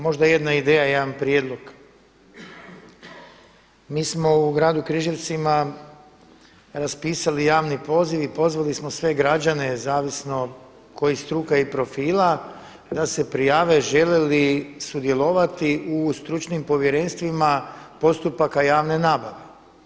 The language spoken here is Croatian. Možda jedna ideja, jedan prijedlog, mi smo u gradu Križevcima raspisali javni poziv i pozvali smo sve građane zavisno kojih struka i profila da se prijave žele li sudjelovati u stručnim povjerenstvima postupaka javne nabave.